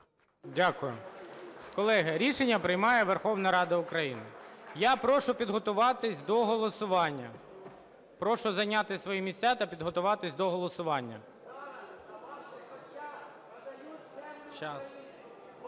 Дякую. Колеги, рішення приймає Верховна Рада України. Я прошу підготуватись до голосування. Прошу зайняти свої місця та підготуватись до голосування.